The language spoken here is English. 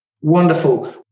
Wonderful